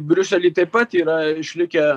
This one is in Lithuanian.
briusely taip pat yra išlikę